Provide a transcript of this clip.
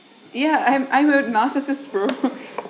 yeah I'm I'm a narcissist bro